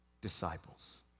disciples